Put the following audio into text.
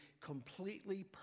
completely